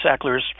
Sacklers